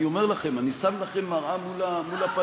אני אומר לכם, אני שם לכם מראה מול הפנים.